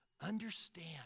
understand